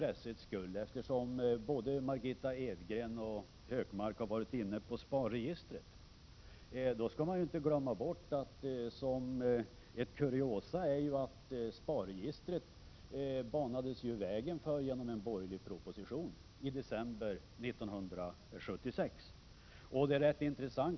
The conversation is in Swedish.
Eftersom Margitta Edgren och Gunnar Hökmark var inne på SPAR, vill jag säga, som en kuriositet, att man inte skall glömma bort att det var en borgerlig proposition från december 1976 som banade väg för SPAR.